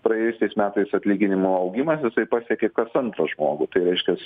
praėjusiais metais atlyginimų augimas jisai pasiekė kas antrą žmogų tai reiškias